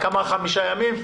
כמה זה חמישה ימים?